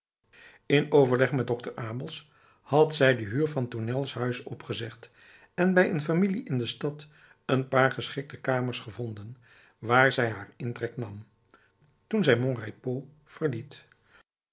in overleg met dokter abels had zij de huur van tournels huis opgezegd en bij een familie in de stad een paar geschikte kamers gevonden waar zij haar intrek nam toen zij mon